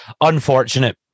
unfortunate